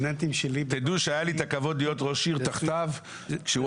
היה לי את הכבוד להיות ראש עיר תחתיו כשהוא